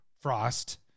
Frost